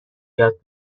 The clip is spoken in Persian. یاد